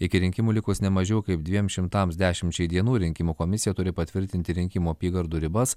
iki rinkimų likus nemažiau kaip dviem šimtams dešimčiai dienų rinkimų komisija turi patvirtinti rinkimų apygardų ribas